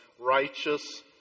righteous